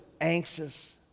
anxious